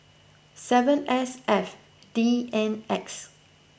seven S F D N X